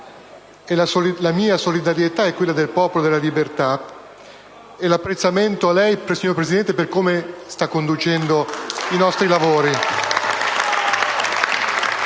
la mia solidarietà e quella del Gruppo del Popolo della Libertà, nonché l'apprezzamento a lei, signor Presidente, per come sta conducendo i nostri lavori.